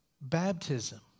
Baptism